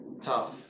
Tough